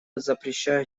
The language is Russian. запрещаю